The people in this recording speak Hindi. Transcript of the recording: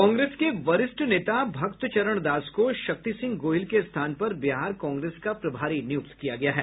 कांग्रेस के वरिष्ठ नेता भक्त चरण दास को शक्ति सिंह गोहिल के स्थान पर बिहार कांग्रेस का प्रभारी नियुक्त किया गया है